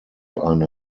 eine